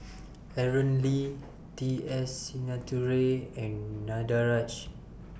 Aaron Lee T S Sinnathuray and Danaraj